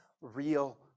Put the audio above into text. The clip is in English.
real